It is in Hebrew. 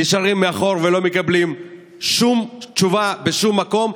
נשארים מאחור ולא מקבלים שום תשובה בשום מקום,